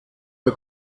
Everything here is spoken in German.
der